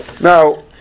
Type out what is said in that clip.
Now